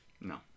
No